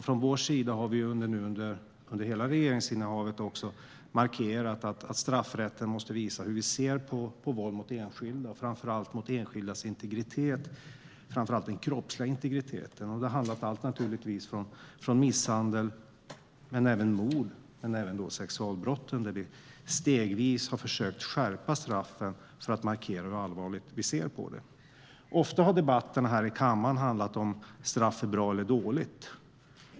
Från vår sida har vi nu och även under hela regeringsinnehavet markerat att straffrätten måste visa hur vi ser på våld mot enskilda, framför allt mot enskildas integritet och då framför allt mot den kroppsliga integriteten. Det handlar om allt från misshandel till mord men även om sexualbrott, där vi stegvis har försökt skärpa straffen för att markera hur allvarligt vi ser på detta. Ofta har debatten här i kammaren handlat om huruvida straff är bra eller dåligt.